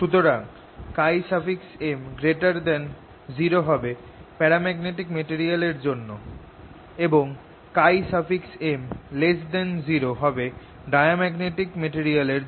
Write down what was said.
সুতরাং M0 হবে paramagnetic material এর জন্য এবং M0 ডায়াম্যাগনেটিক মেটেরিয়াল এর জন্য